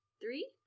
three